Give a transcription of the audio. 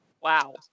Wow